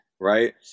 right